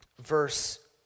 verse